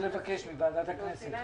היתה דרישה בקונצנזוס.